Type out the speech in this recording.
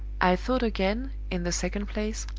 i thought again, in the second place,